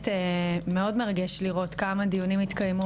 זה מאוד מרגש לראות כמה דיונים התקיימו